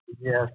yes